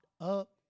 Up